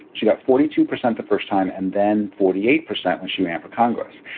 she got forty two percent the first time and then forty eight percent when she ran for congress.